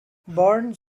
barnes